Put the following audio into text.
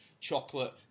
chocolate